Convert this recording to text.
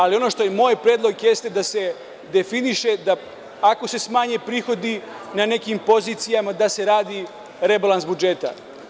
Ali, ono što je moj predlog, jeste da se definiše da ako se smanje prihodi na nekim pozicijama, da se radi rebalans budžeta.